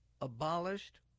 abolished